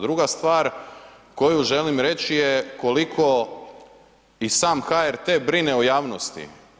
Druga stvar koju želim reći koliko i sam HRT brine o javnosti.